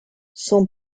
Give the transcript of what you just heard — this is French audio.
son